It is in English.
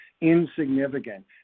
insignificant